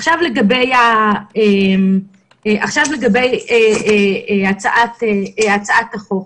עכשיו לגבי הצעת החוק.